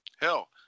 Hell